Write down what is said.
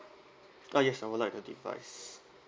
ah yes I would like a device